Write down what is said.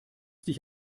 dich